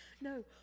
No